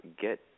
get